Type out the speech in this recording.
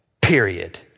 period